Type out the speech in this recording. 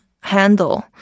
handle